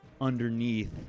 underneath